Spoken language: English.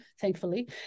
thankfully